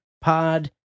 pod